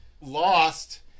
lost